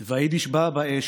/ והיידיש באה באש.